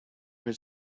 his